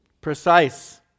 Precise